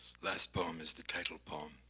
last poem is the title poem,